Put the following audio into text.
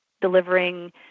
delivering